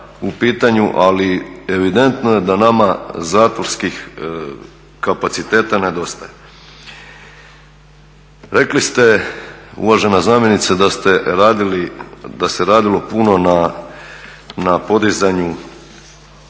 u pitanju, ali evidentno je da nama zatvorskih kapaciteta nedostaje. Rekli ste uvažena zamjenice da se radilo puno na podizanju